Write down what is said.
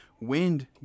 Wind